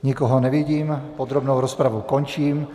Nikoho nevidím, podrobnou rozpravu končím.